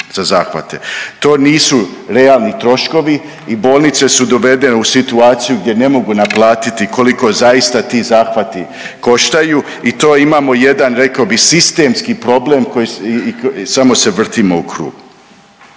To nisu realni troškovi i bolnice su dovedene u situaciju gdje ne mogu naplatiti koliko zaista ti zahvati koštaju i to imamo jedan rekao bih sistemski problem i samo se vrtimo u krug.